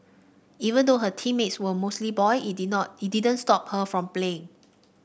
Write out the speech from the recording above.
even though her teammates were mostly boy it did not it didn't stop her from playing